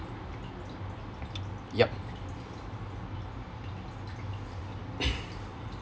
yup